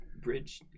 bridge